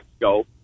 go